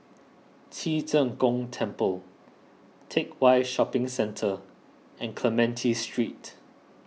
Ci Zheng Gong Temple Teck Whye Shopping Centre and Clementi Street